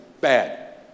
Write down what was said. bad